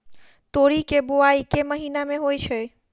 तोरी केँ बोवाई केँ महीना मे होइ छैय?